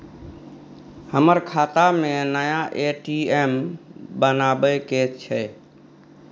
हमर खाता में नया ए.टी.एम बनाबै के छै?